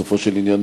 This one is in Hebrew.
בסופו של עניין,